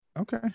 Okay